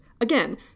Again